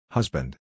Husband